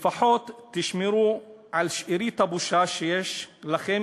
לפחות תשמרו על שארית הבושה שיש לכם,